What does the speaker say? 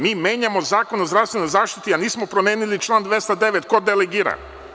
Mi menjamo Zakon o zdravstvenoj zaštiti, a nismo promenili član 209, ko delegira.